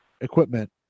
equipment